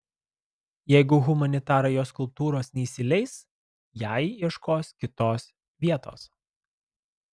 jeigu humanitarai jo skulptūros neįsileis jai ieškos kitos vietos